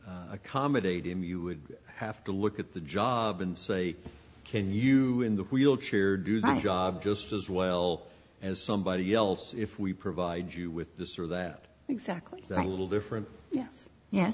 accommodate him you would have to look at the job and say can you in the wheelchair do the job just as well as somebody else if we provide you with this or that exactly that little different ye